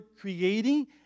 creating